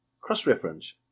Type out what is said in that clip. Cross-reference